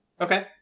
Okay